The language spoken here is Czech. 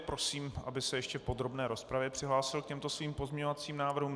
Prosím, aby se ještě v podrobné rozpravě přihlásil k těmto svým pozměňovacím návrhům.